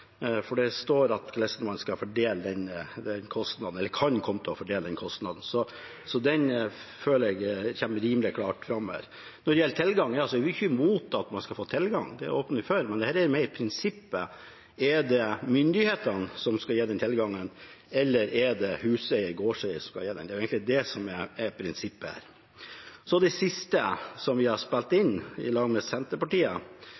Det står hvordan man skal fordele den kostnaden eller kan komme til å måtte fordele den kostnaden. Så det føler jeg kommer rimelig klart fram her. Når det gjelder tilgang, er vi ikke imot at man skal få tilgang – det åpner vi for – men dette gjelder mer prinsippet: Er det myndighetene som skal gi den tilgangen, eller er det huseier eller gårdeier som skal gi den? Det er egentlig det som er prinsippet her. Det siste vi har spilt